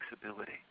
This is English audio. flexibility